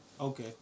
Okay